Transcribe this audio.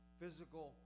physical